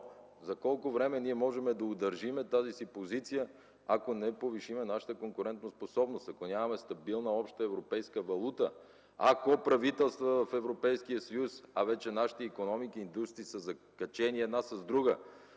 За колко време можем да удържим тази си позиция, ако не повишим нашата конкурентоспособност, ако нямаме стабилна общоевропейска валута, ако правителства в Европейския съюз, а вече нашата икономика и индустрии са закачени една с друга,